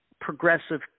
progressive